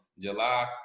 July